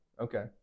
Okay